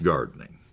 Gardening